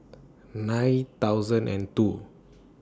nine thousand and two